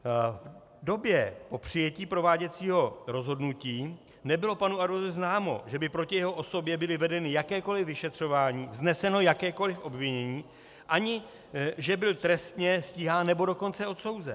V době po přijetí prováděcího rozhodnutí nebylo panu Arbuzovovi známo, že by proti jeho osobě bylo vedeno jakékoliv vyšetřování, vzneseno jakékoliv obvinění, ani že byl trestně stíhán, nebo dokonce odsouzen.